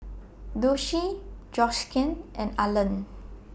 Doshie Georgiann and Arland